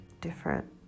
different